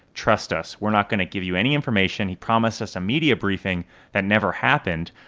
trust us. we're not going to give you any information. he promised us a media briefing that never happened.